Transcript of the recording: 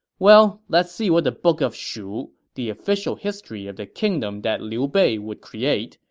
well, let's see what the book of shu, the official history of the kingdom that liu bei would create,